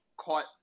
caught